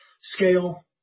scale